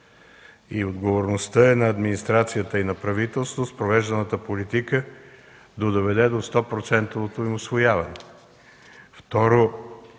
Отговорността е на администрацията и на правителството с провежданата политика да доведе до стопроцентовото им усвояване.